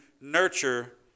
nurture